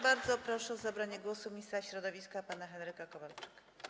Bardzo proszę o zabranie głosu ministra środowiska pana Henryka Kowalczyka.